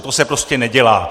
To se prostě nedělá!